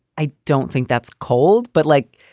i don't think that's cold. but like,